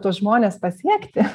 tuos žmones pasiekti